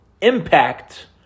impact